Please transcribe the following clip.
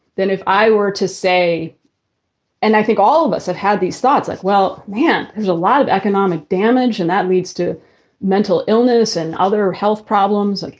then if i were to say and i think all of us have had these thoughts, like, well, then there's a lot of economic damage and that leads to mental illness and other health problems. like